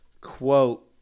quote